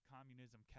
Communism